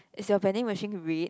is your vending machine red